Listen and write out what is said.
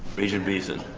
regent beeson.